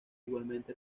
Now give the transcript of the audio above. igualmente